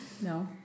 No